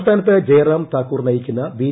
സംസ്ഥാനത്ത് ജയറാം താക്കൂർ നയിക്കുന്ന ബി